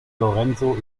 lorenzo